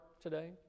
today